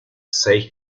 seis